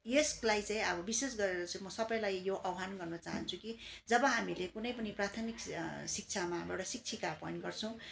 यसलाई चाहिँ अब विशेष गरेर चाहिँ म सबैलाई यो आह्वान गर्न चाहन्छु कि जब हामीले कुनै पनि प्राथमिक शिक्षामा हाम्रो एउटा शिक्षिका एपोइन्ट गर्छौँ